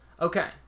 Okay